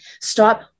Stop